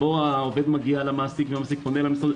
בו העובד מגיע למעסיק והמעסיק פונה למשרד,